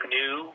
new